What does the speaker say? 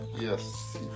Yes